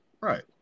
Right